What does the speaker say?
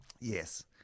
Yes